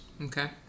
Okay